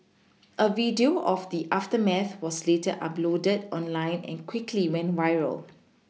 a video of the aftermath was later uploaded online and quickly went viral